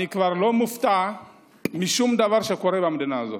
אני כבר לא מופתע משום דבר שקורה במדינה הזאת.